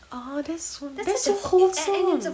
!aww! that's so nice that's so wholesome